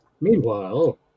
Meanwhile